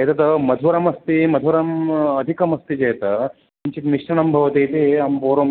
एतत् मधुरम् अस्ति मधुरम् अधिकमस्ति चेत् किञ्चित् मिश्रणं भवति इति अहं पूर्वं